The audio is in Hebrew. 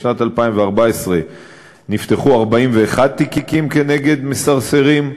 בשנת 2014 נפתחו 41 תיקים כנגד מסרסרים.